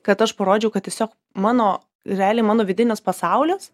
kad aš parodžiau kad tiesiog mano realiai mano vidinis pasaulis